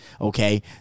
Okay